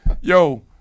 Yo